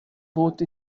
both